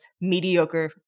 mediocre